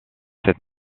cette